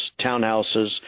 townhouses